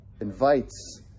invites